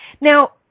Now